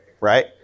right